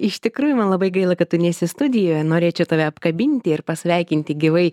iš tikrųjų man labai gaila kad tu nesi studijoj norėčiau tave apkabinti ir pasveikinti gyvai